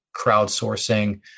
crowdsourcing